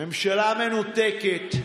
ממשלה מנותקת.